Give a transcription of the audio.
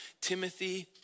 Timothy